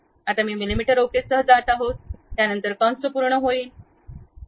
आम्ही मिमी ओकेसह जात आहोत त्यानंतर कंस पूर्ण होईल